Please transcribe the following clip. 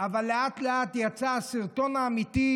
אבל לאט-לאט יצא הסרטון האמיתי,